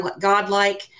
godlike